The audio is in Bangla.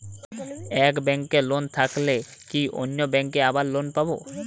এক ব্যাঙ্কে লোন থাকলে কি অন্য ব্যাঙ্কে আবার লোন পাব?